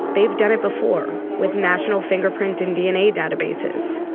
they've done it before with national fingerprint and dna databases.